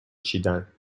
چیدن